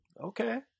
Okay